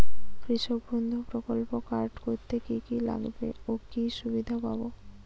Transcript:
কৃষক বন্ধু প্রকল্প কার্ড করতে কি কি লাগবে ও কি সুবিধা পাব?